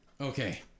Okay